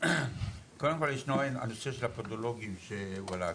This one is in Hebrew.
קודם כל ישנו הנושא של הפדולוגים שהועלה כאן.